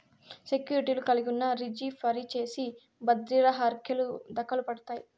సెక్యూర్టీలు కలిగున్నా, రిజీ ఫరీ చేసి బద్రిర హర్కెలు దకలుపడతాయి